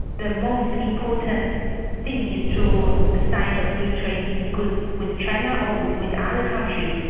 the most important thing is to ah sign a free trade in goods with china or with other countries.